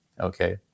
okay